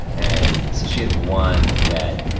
and, so she had one that,